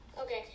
Okay